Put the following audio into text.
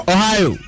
Ohio